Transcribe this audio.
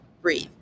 breathe